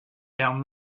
down